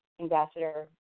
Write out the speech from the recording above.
Ambassador